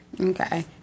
okay